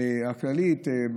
הכללית,